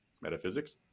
metaphysics